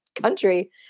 country